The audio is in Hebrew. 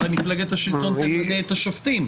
הרי מפלגת השלטון תמנה את השופטים.